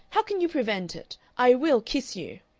how can you prevent it? i will kiss you.